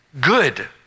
good